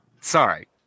Sorry